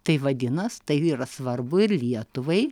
tai vadinas tai yra svarbu ir lietuvai